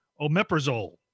omeprazole